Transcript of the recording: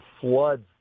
floods